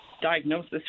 diagnosis